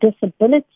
disability